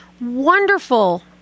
wonderful